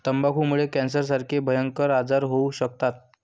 तंबाखूमुळे कॅन्सरसारखे भयंकर आजार होऊ शकतात